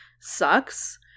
sucks